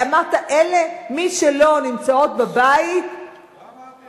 אמרת: מי שלא נמצאות בבית, לא אמרתי את זה.